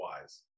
wise